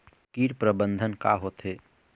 कीट प्रबंधन का होथे?